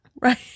Right